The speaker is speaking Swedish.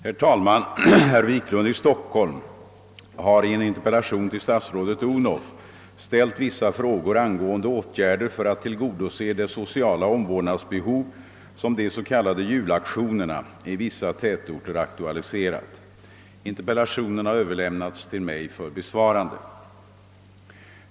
Herr talman! Herr Wiklund i Stockholm har i en interpellation till statsrådet fru Odhnoff ställt vissa frågor angående åtgärder för att tillgodose det sociala omvårdnadsbehov som de s.k. julaktionerna i vissa tätorter aktualiserat. Interpellationen har överlämnats till mig för besvarande.